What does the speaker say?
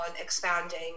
expanding